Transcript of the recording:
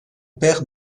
père